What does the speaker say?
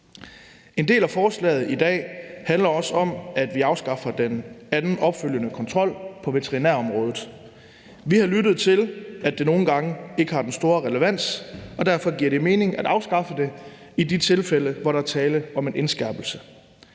En del af forslaget her handler også om, at vi afskaffer den anden opfølgende kontrol på veterinærområdet. Vi har lyttet til, at det nogle gange ikke har den store relevans, og derfor giver det mening, at afskaffe det i de tilfælde, hvor der er tale om en indskærpelse.